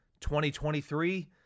2023